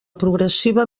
progressiva